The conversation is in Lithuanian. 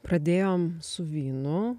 pradėjom su vynu